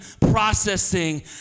processing